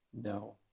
no